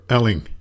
Elling